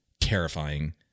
terrifying